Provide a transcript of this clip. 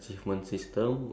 okay